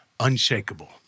unshakable